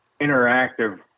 interactive